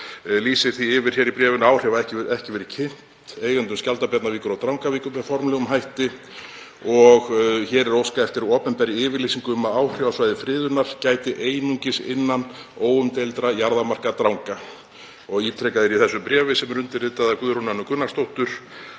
lýsir því yfir í bréfinu að áhrif hafi ekki verið kynnt eigendum Skjaldabjarnarvíkur og Drangavíkur með formlegum hætti og hér er óskað eftir opinberri yfirlýsingu um að áhrifasvæði friðunar gæti einungis innan óumdeildra jarðarmarka Dranga. Ítrekað er í þessu bréfi, sem er undirritað af Guðrúnu Önnu Gunnarsdóttur,